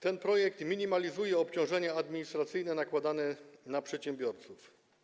Ten projekt minimalizuje obciążenia administracyjne nakładane na przedsiębiorców.